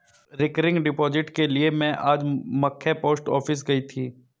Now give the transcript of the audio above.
recurring deposit के लिए में आज मख्य पोस्ट ऑफिस गयी थी